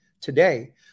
today